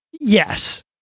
Yes